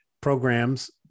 programs